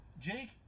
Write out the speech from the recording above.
Jake